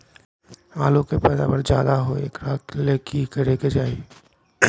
आलु के पैदावार ज्यादा होय एकरा ले की करे के चाही?